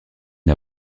une